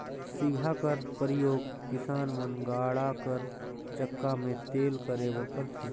सिगहा कर परियोग किसान मन गाड़ा कर चक्का मे तेल करे बर करथे